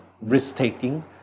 risk-taking